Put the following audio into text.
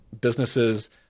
businesses